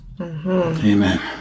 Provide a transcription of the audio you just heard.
Amen